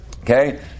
Okay